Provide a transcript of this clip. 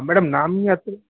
madam ನಮ್ಗೆ actually